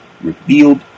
revealed